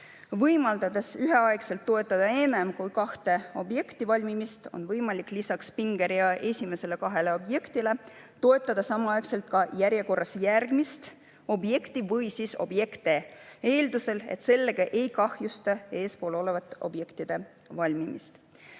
Võimaldades üheaegselt toetada enam kui kahe objekti valmimist, on võimalik lisaks pingerea esimesele kahele objektile toetada samaaegselt järjekorras järgmist objekti või objekte eeldusel, et sellega ei kahjustata eespool olevate objektide valmimist.